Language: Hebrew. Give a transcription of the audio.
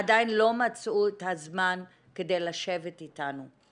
עדיין לא מצאו את הזמן כדי לשבת איתנו.